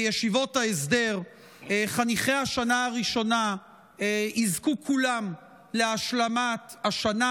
בישיבות ההסדר חניכי השנה הראשונה יזכו כולם להשלמת השנה.